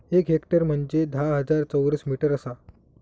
एक हेक्टर म्हंजे धा हजार चौरस मीटर आसा